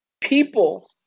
People